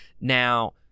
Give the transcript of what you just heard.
Now